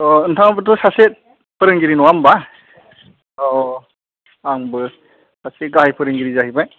अ नोंथांआबोथ' सासे फोरोंगिरि नङा होनबा औ आंबो सासे गाहाइ फोरोंगिरि जाहैबाय